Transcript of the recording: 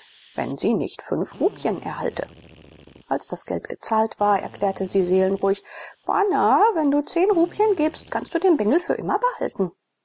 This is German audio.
wenn sie nicht fünf rupien erhalte als das geld gezahlt war erklärte sie seelenruhig bana wenn du zehn rupien gibst kannst du den bengel für immer behalten